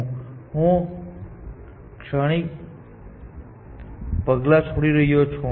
અને હું ક્ષણિક પગલાં છોડી રહ્યો છું